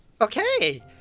Okay